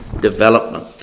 development